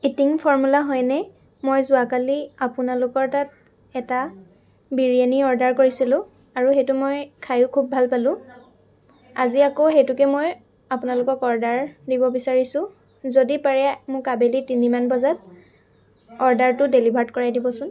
eaten formula হয়নে মই যোৱাকালি আপোনালোকৰ তাত এটা বিৰিয়ানী অৰ্ডাৰ কৰিছিলোঁ আৰু সেইটো মই খাইও খুব ভাল পালোঁ আজি আকৌ সেইটোকে মই আপোনালোকক অৰ্ডাৰ দিব বিচাৰিছোঁ যদি পাৰে মোক আবেলি তিনিমান বজাত অৰ্ডাৰটো ডেলিভাৰ্ড কৰাই দিবচোন